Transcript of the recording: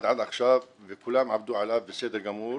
עד עכשיו וכולם עבדו עליו בסדר גמור,